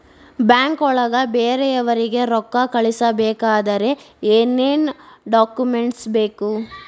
ಬ್ಯಾಂಕ್ನೊಳಗ ಬೇರೆಯವರಿಗೆ ರೊಕ್ಕ ಕಳಿಸಬೇಕಾದರೆ ಏನೇನ್ ಡಾಕುಮೆಂಟ್ಸ್ ಬೇಕು?